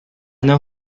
know